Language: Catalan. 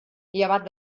llevat